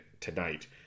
tonight